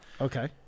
Okay